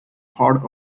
part